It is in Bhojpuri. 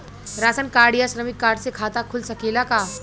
राशन कार्ड या श्रमिक कार्ड से खाता खुल सकेला का?